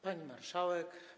Pani Marszałek!